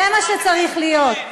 זה מה שצריך להיות.